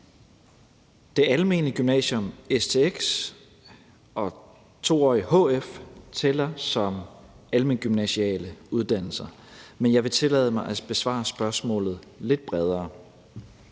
Det almene gymnasium, stx, og 2-årig hf tæller som almengymnasiale uddannelser. Men jeg vil tillade mig at besvare spørgsmålet lidt bredere.